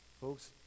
Folks